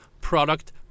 Product